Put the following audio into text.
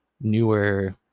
newer